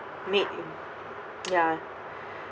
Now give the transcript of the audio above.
made ya